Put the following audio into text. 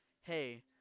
hey